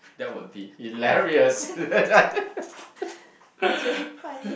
that would be hilarious